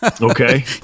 Okay